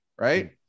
Right